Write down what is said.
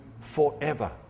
forever